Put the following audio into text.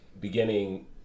beginning